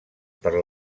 per